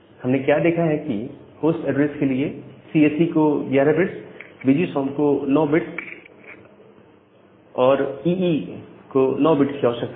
हमने क्या देखा है कि होस्ट एड्रेस के लिए सी एस ई को 11 bits B G S O M को 9 बिट्स और ईई को 9 बिट्स की आवश्यकता है